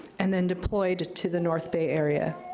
and then deployed to the north bay area.